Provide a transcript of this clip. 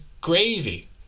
gravy